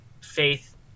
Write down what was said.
faith